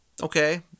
Okay